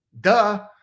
duh